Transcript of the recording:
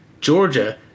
Georgia